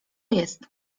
jest